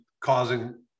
causing